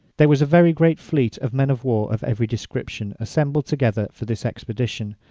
there was a very great fleet of men of war of every description assembled together for this expedition,